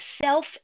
self